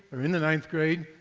or in the ninth grade,